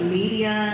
media